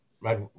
right